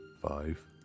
Five